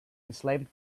enslaved